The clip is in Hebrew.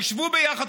תשבו ביחד,